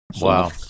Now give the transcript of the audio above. Wow